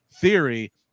Theory